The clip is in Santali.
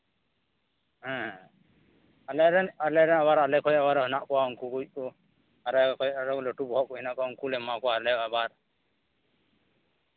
ᱦᱮᱸ ᱟᱞᱮ ᱨᱮᱱ ᱟᱞᱮ ᱨᱮᱱ ᱟᱵᱟᱨ ᱟᱞᱮ ᱠᱷᱚᱱ ᱟᱵᱟᱨ ᱦᱮᱱᱟᱜ ᱠᱚᱣᱟ ᱩᱱᱠᱩ ᱠᱚ ᱠᱚ ᱟᱞᱮ ᱠᱷᱚᱱ ᱟᱨᱚ ᱞᱟᱹᱴᱩ ᱵᱚᱦᱚᱜ ᱠᱚ ᱦᱮᱱᱟᱜ ᱠᱚᱣᱟ ᱩᱱᱠᱩ ᱞᱮ ᱮᱢᱟᱣᱟᱠᱚᱣᱟ ᱟᱞᱮ ᱟᱵᱟᱨ